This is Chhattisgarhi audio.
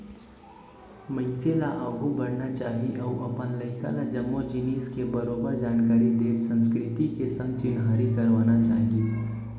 मनसे ल आघू बढ़ना चाही अउ अपन लइका ल जम्मो जिनिस के बरोबर जानकारी देत संस्कृति के संग चिन्हारी करवाना चाही